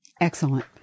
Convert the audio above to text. Excellent